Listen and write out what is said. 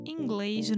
Inglês